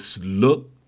look